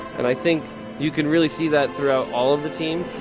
and i think you can really see that throughout all of the team.